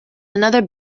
another